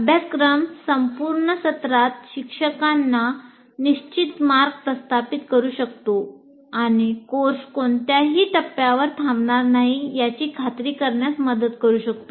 अभ्यासक्रम संपूर्ण सत्रात शिक्षकांना निश्चित मार्ग प्रस्थापित करू शकतो आणि कोर्स कोणत्याही एका टप्प्यावर थांबणार नाही याची खात्री करण्यात मदत करू शकतो